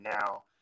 now